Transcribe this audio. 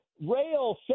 rail